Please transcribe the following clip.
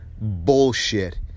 bullshit